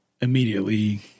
immediately